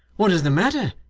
what is the matter?